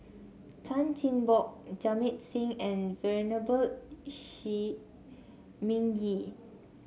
Chan Chin Bock Jamit Singh and Venerable Shi Ming Yi